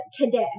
Kadesh